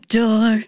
door